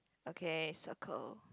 okay circle